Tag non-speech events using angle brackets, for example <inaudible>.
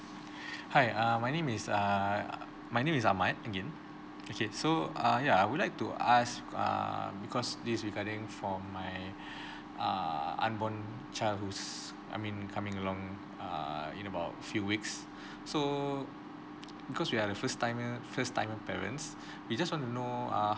hi err my name is err my name is ahmad again okay so uh ya I would like to ask err because this regarding for my <breath> err unborn child whose I mean coming along err in about few weeks so because we are the first timer first time parents we just want to know err